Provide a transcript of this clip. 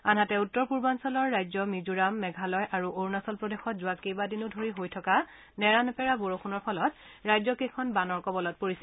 আনহাতে উত্তৰ পূৰ্বাঞ্চলৰ ৰাজ্য মিজোৰাম মেঘালয় আৰু অৰুণাচল প্ৰদেশত যোৱা কেইবাদিনো ধৰি হৈ থকা নেৰানেপেৰা বৰষুণৰ ফলত ৰাজ্যকেইখন বানৰ কবলত পৰিছে